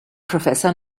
professor